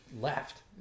left